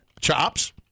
chops